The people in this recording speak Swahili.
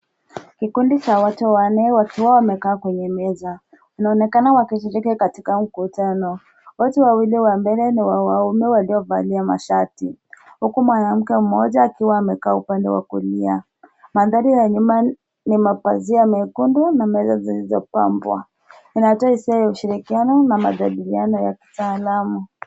Kikundi cha watu wanne wakiwa wamekaa kwenye meza. Wanaonekana wakishiriki katika mkutano. Wote wawili wa mbele ni wa waume waliovalia mashati. Huku mwanamke mmoja akiwa amekaa upande wa kulia. Mandhari ya nyuma ni mapazia mekundu na meza zilizopambwa. Inatoa hisia ya ushirikiano na majadiliano ya kitaalamu.